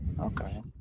Okay